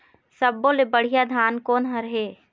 सब्बो ले बढ़िया धान कोन हर हे?